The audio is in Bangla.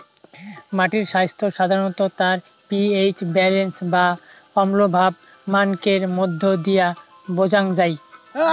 মাটির স্বাইস্থ্য সাধারণত তার পি.এইচ ব্যালেন্স বা অম্লভাব মানকের মইধ্য দিয়া বোঝাং যাই